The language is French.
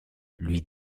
lui